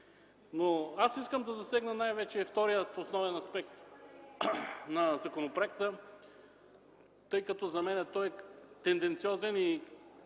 Искам да засегна най-вече втория основен аспект на законопроекта, тъй като за мен той е тенденциозен и